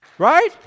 Right